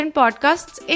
podcasts